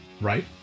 Right